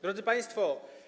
Drodzy Państwo!